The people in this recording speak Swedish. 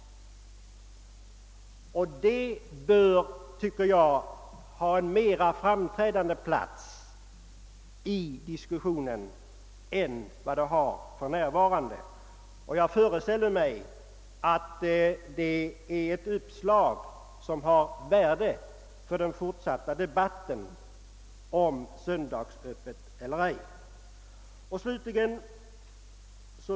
Det bör, tycker jag, få en mer framträdande plats i diskussionen än det har för närvarande. Jag föreställer mig att detta är ett uppslag som har värde för den fortsatta debatten om öppethållande på söndagarna.